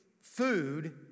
food